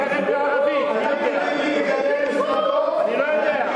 אני לא יודע.